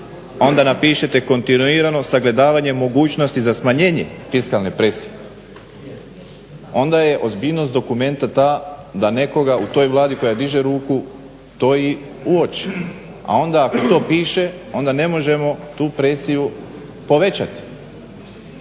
onda napišite kontinuirano sagledavanje mogućnosti za smanjenje fiskalne presije. Onda je ozbiljnost dokumenta ta da nekoga u toj Vladi koja diže ruku, to i uoči, a onda ako to piše onda ne možemo tu presiju povećati